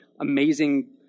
amazing